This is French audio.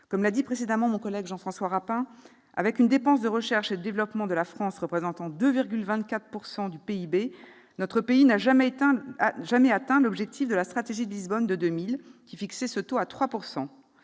Comme l'a dit précédemment mon collègue Jean-François Rapin, avec une dépense de recherche et développement de la France représentant 2,24 % du PIB, notre pays n'a jamais atteint l'objectif de la stratégie de Lisbonne de 2000, qui fixait ce taux à 3